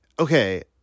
Okay